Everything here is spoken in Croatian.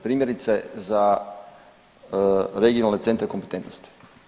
Primjerice za regionalne centre kompetentnosti.